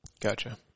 Gotcha